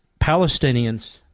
Palestinians